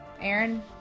Aaron